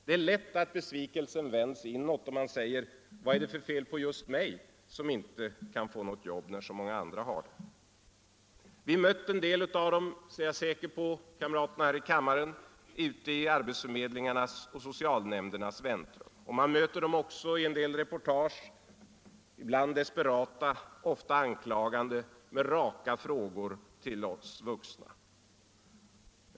Det är lätt att besvikelsen vänds inåt och man säger: ”Vad är det för fel på just mig som inte kan få jobb när så många andra har det?” Jag är säker på att många av kamraterna här i kammaren har mött dem i socialnämndernas och arbetsförmedlingarnas väntrum. Man möter dem också i en del reportage, ibland desperata, ofta anklagande med raka frågor till oss vuxna.